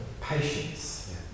patience